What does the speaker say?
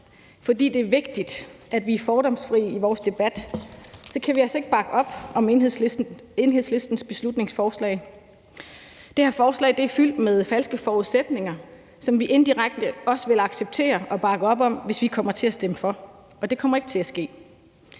fordi det er vigtigt, at vi er fordomsfri i vores debat – kan vi altså ikke bakke op om Enhedslistens beslutningsforslag. Det her forslag er fyldt med falske forudsætninger, som vi indirekte også vil acceptere og bakke op om, hvis vi stemmer for, og det kommer ikke til at ske.